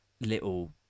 little